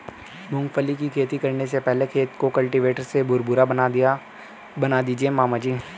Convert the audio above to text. मूंगफली की खेती करने से पहले खेत को कल्टीवेटर से भुरभुरा बना दीजिए मामा जी